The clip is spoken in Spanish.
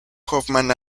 hoffmann